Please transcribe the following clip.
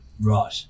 Right